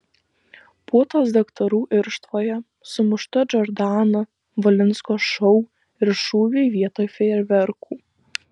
puotos daktarų irštvoje sumušta džordana valinsko šou ir šūviai vietoj fejerverkų